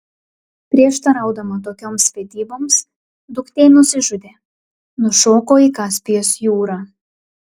prieštaraudama tokioms vedyboms duktė nusižudė nušoko į kaspijos jūrą